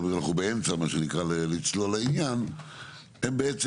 אנחנו באמצע מה שנקרא לצלול לעניין הם בעצם